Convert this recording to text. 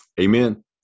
Amen